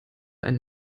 einen